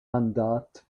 mandat